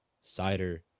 cider